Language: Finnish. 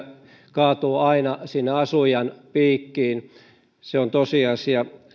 kaatuu aina sinne asujan piikkiin se on tosiasia